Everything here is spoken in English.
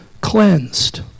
cleansed